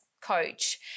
coach